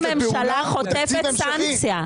הממשלה חוטפת סנקציה.